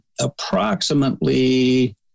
approximately